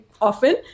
often